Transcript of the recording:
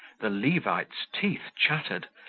the levite's teeth chattered,